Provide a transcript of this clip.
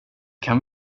kan